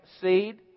seed